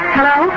Hello